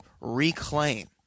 reclaim